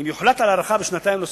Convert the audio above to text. אם יוחלט על הארכה בשנתיים נוספות,